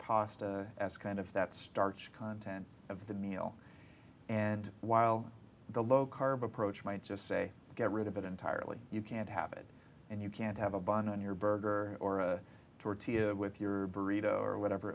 pasta as kind of that starch content of the meal and while the low carb approach might just say get rid of it entirely you can't have it and you can't have a bun on your burger or a tortilla with your burrito or whatever